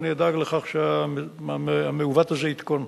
ואני אדאג לכך שהמעוות הזה יתקון.